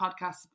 podcast